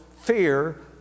fear